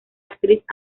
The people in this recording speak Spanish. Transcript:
actriz